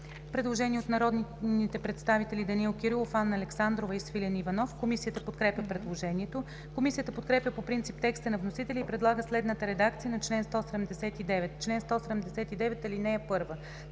предложение от народните представители Данаил Кирилов, Анна Александрова и Свилен Иванов. Комисията подкрепя предложението. Комисията подкрепя по принцип текста на вносителя и предлага следната редакция на чл. 179: „Чл. 179.